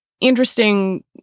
interesting